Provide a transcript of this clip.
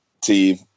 team